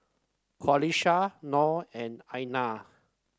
Qalisha Noh and Aina